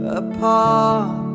apart